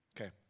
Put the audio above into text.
Okay